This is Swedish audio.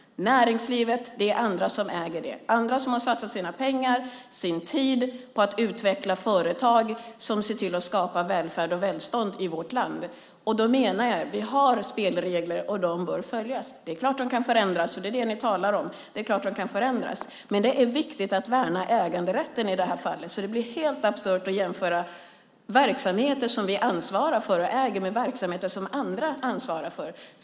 Näringslivet är det andra som äger. Det är andra som har satsat sina pengar och sin tid på att utveckla företag som skapar välfärd och välstånd i vårt land. Vi har spelregler och de bör följas. Det är klart att de kan förändras, men det är viktigt att värna äganderätten i det här fallet. Det blir helt absurt att jämföra verksamheter som vi ansvarar för och äger med verksamheter som andra ansvarar för.